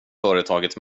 företaget